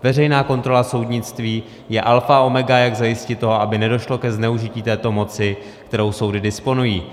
Veřejná kontrola soudnictví je alfa omega, jak zajistit to, aby nedošlo ke zneužití této moci, kterou soudy disponují.